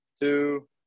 two